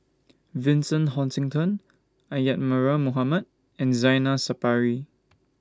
Vincent Hoisington Isadhora Mohamed and Zainal Sapari